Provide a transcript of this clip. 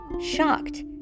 shocked